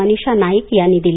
मनिषा नाईक यांनी दिली